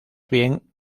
bien